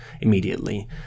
immediately